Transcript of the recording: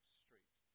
street